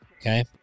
okay